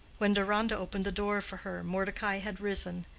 when deronda opened the door for her, mordecai had risen,